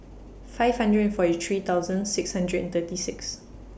five hundred forty three thousand six hundred and thirty six